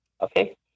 okay